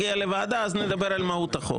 יגיע לוועדה אז נדבר על מהות החוק.